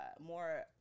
more